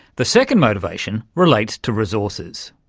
the second motivation relates to resources.